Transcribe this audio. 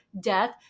death